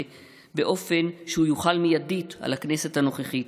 באופן שיוחל מיידית על הכנסת הנוכחית.